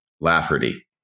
Lafferty